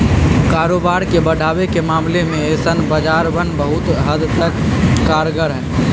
कारोबार के बढ़ावे के मामले में ऐसन बाजारवन बहुत हद तक कारगर हई